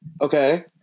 okay